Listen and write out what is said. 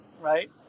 right